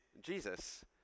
Jesus